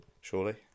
Surely